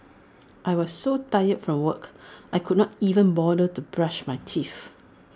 I was so tired from work I could not even bother to brush my teeth